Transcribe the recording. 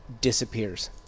disappears